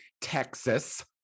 texas